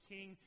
King